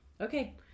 Okay